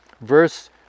verse